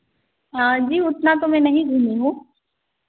जी उतना तो मैं नहीं घूमी हूँ